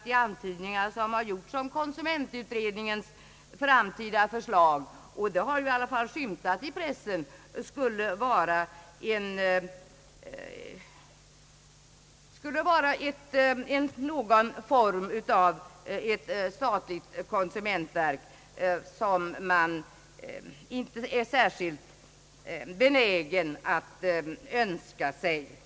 De antydningar som gjorts om konsumentutredningens framtida förslag, nämligen ett statligt konsumentverk, är man inte särskilt benägen att önska sig.